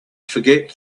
forget